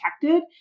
protected